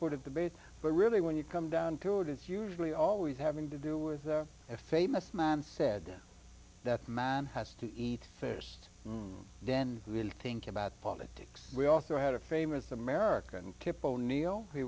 of debate but really when you come down to it it's usually always having to do with a famous man said that man has to eat fish and then when i think about politics we also had a famous american tip o'neil